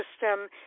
system